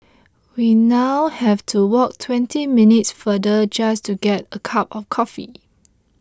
we now have to walk twenty minutes farther just to get a cup of coffee